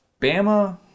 Bama